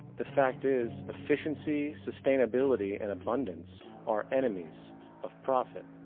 the fact is efficiency, sustainability and abundance are enemies of profit.